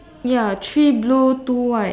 ya three blue two white